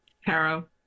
Harrow